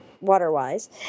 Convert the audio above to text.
water-wise